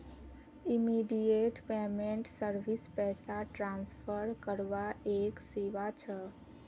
immediate payment service पैसा transfer करवार एक सेवा छ